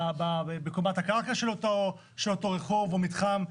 בקומת הקרקע של אותו רחוב או מתחם?